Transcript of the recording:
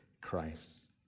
Christ